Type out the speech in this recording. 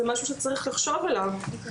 זה משהו שצריך לחשוב עליו.